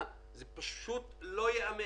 כל עוד אתה לא יודע מה הוא אורך האירוע,